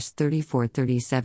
3437